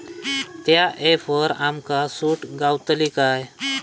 त्या ऍपवर आमका सूट गावतली काय?